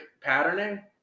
patterning